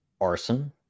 arson